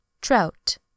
TROUT